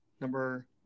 number